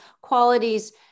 qualities